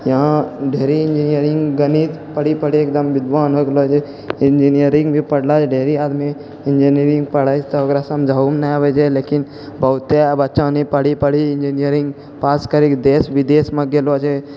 यहाँ ढेरी इन्जिनियरिंग गणित पढ़ि पढ़ि एकदम विद्वान हो गेलो छै इन्जिनियरिंग भी पढ़लासँ ढेरी आदमी इन्जिनियरिंग पढ़यसँ ओकरा समझाओ मे नहि अबै छै लेकिन बहुते बच्चा नि पढ़ि पढ़ि इन्जिनियरिंग पास करिके देश विदेशमे गेलो छै